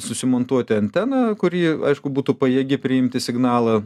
susimontuoti anteną kuri aišku būtų pajėgi priimti signalą